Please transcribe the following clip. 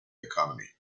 economy